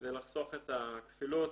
כדי לחסוך את הכפילות,